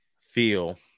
feel